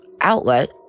outlet